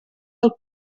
del